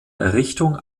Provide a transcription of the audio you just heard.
errichtung